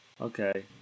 okay